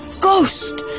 ghost